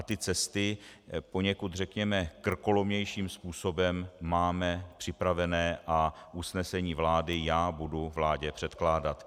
Ty cesty poněkud, řekněme, krkolomnějším způsobem máme připravené a usnesení vlády já budu vládě předkládat.